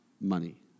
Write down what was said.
money